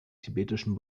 tibetischen